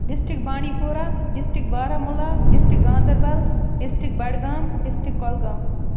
district Bandipora district Baramulla district Ganderbal district Budgam district Kulgam